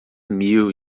mil